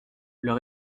leur